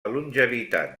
longevitat